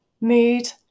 mood